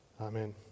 Amen